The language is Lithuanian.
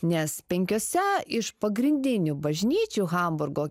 nes penkiose iš pagrindinių bažnyčių hamburgo